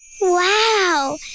Wow